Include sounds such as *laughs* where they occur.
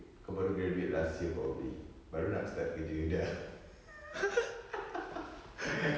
kau baru graduate last year probably baru nak start kerja dah *laughs*